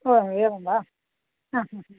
ओ एवं वा